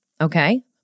okay